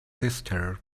sister